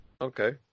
Okay